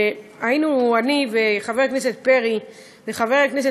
והיינו אני וחבר הכנסת פרי וחבר הכנסת